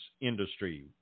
industry